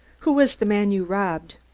who was the man you robbed?